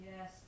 yes